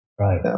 Right